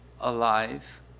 alive